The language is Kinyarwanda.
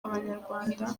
abanyarwanda